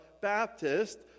Baptist